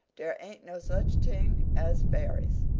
dare ain't no such ting as fairies